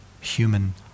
human